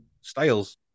styles